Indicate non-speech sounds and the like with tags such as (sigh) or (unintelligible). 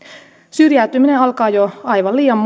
syrjäytyminen alkaa aivan liian (unintelligible)